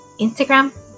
Instagram